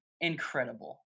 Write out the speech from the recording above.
incredible